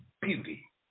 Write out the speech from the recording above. beauty